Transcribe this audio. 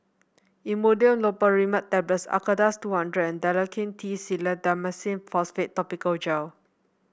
Imodium Loperamide Tablets Acardust two hundred and Dalacin T Clindamycin Phosphate Topical Gel